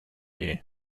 you